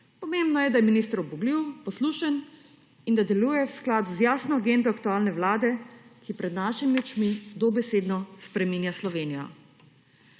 Pomembno je, da je minister ubogljiv, poslušen in da deluje v skladu z jasno agendo aktualne Vlade, ki pred našimi očmi dobesedno spreminja Slovenijo.